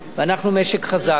ואנחנו משק חזק,